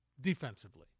defensively